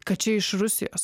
kad čia iš rusijos